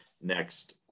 next